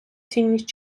цінність